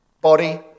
Body